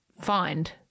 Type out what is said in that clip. find